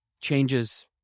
changes